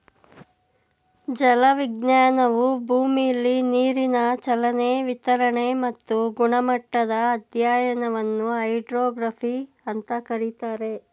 ಜಲವಿಜ್ಞಾನವು ಭೂಮಿಲಿ ನೀರಿನ ಚಲನೆ ವಿತರಣೆ ಮತ್ತು ಗುಣಮಟ್ಟದ ಅಧ್ಯಯನವನ್ನು ಹೈಡ್ರೋಗ್ರಫಿ ಅಂತ ಕರೀತಾರೆ